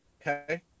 Okay